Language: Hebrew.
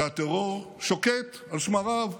שהטרור שוקט על שמריו.